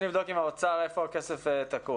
לבדוק עם משרד האוצר איפה הכסף תקוע.